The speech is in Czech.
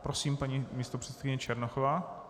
Prosím, paní místopředsedkyně Černochová.